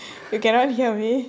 you cannot hear me